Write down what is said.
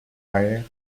rare